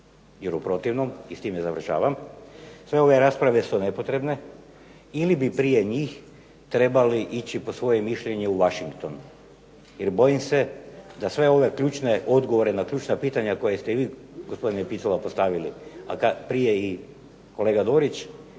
Jer u protivnom, i s time završavam, sve ove rasprave su nepotrebne, ili bi prije njih trebali ići po svoje mišljenje u Washington. Jer bojim se da sve ove ključne odgovore na ključna pitanja koja ste i vi gospodine Picula postavili, a prije i kolega Dorić,